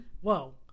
Whoa